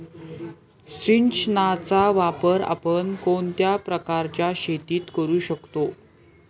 सिंचनाचा वापर आपण कोणत्या प्रकारच्या शेतीत करू शकतो?